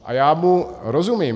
A já mu rozumím.